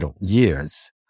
years